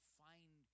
find